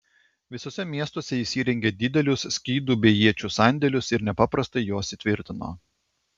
visuose miestuose jis įrengė didelius skydų bei iečių sandėlius ir nepaprastai juos įtvirtino